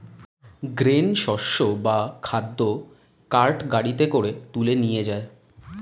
grain শস্য বা খাদ্য কার্ট গাড়িতে করে তুলে নিয়ে যায়